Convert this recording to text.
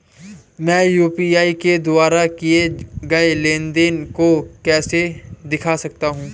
मैं यू.पी.आई के द्वारा किए गए लेनदेन को कैसे देख सकता हूं?